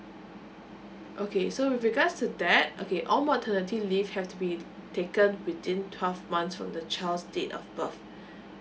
okay so with regards to that okay all maternity leave have to be taken within twelve months from the child's date of birth